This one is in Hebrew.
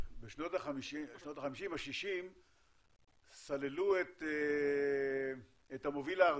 בשנות ה-60-50 סללו את המוביל הארצי.